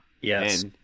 yes